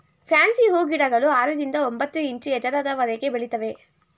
fancy ಹೂಗಿಡಗಳು ಆರರಿಂದ ಒಂಬತ್ತು ಇಂಚು ಎತ್ತರದವರೆಗೆ ಬೆಳಿತವೆ